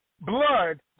blood